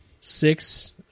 six